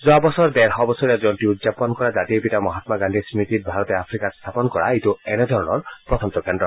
যোৱা বছৰ ডেৰশ বছৰীয়া জয়ন্তী উদযাপন কৰা জাতিৰ পিতা মহামা গান্ধীৰ স্মতিত ভাৰতে আফ্ৰিকাত স্থাপন কৰা এইটো এনেধৰণৰ প্ৰথমটো কেন্দ্ৰ